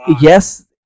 yes